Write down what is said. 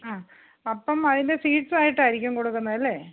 ആ അപ്പം അതിൻ്റെ ഫീസായിട്ടായിരിക്കും കൊടുക്കുന്നത് അല്ലേ